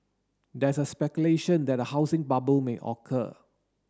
there's a speculation that a housing bubble may occur